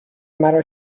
مرا